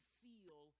feel